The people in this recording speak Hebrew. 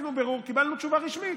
עשינו בירור, קיבלנו תשובה רשמית.